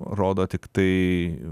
rodo tiktai